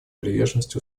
приверженность